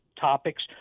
topics